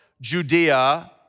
Judea